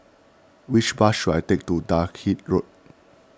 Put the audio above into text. which bus should I take to Dalkeith Road